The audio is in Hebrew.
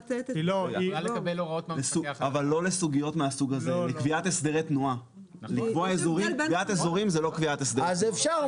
אבל יש חוקי עזר של העמדת רכב וחנייתו שאת האזורים יקבע ראש העיר,